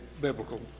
biblical